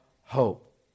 hope